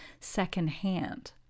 secondhand